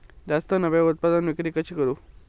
जास्त नफ्याक उत्पादन विक्री कशी करू?